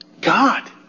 God